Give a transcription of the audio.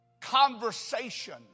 conversation